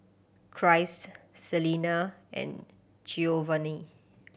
Christ Celena and Giovanny